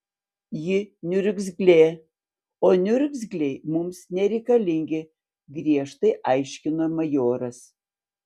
ji niurzglė o niurzgliai mums nereikalingi griežtai aiškino majoras